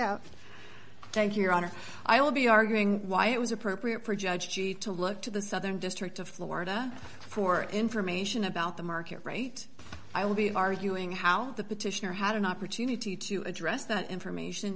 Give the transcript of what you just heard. you your honor i will be arguing why it was appropriate for judge judy to look to the southern district of florida for information about the market rate i will be arguing how the petitioner had an opportunity to address that information